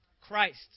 Christ